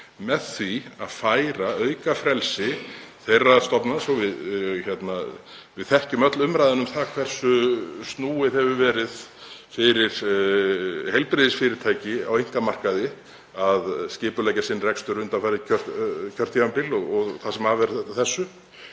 með því að auka frelsi þeirra stofnana. Við þekkjum öll umræðuna um það hversu snúið hefur verið fyrir heilbrigðisfyrirtæki á einkamarkaði að skipuleggja sinn rekstur undanfarin kjörtímabil og það sem af er þessu.